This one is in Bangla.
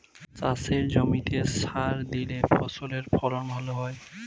চাষের জমিতে সার দিলে ফসলের ফলন ভালো হয়